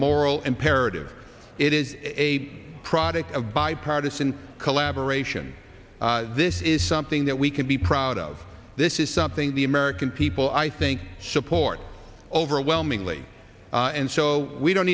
moral imperative it is a product of bipartisan collaboration this is something that we can be proud of this is something the american people i think support overwhelmingly and so we don't